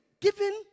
given